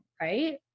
Right